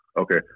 Okay